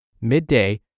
midday